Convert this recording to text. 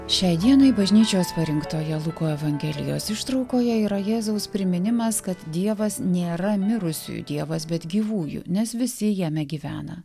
šiai dienai bažnyčios parinktoje luko evangelijos ištraukoje yra jėzaus priminimas kad dievas nėra mirusiųjų dievas bet gyvųjų nes visi jame gyvena